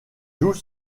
joue